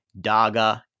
Daga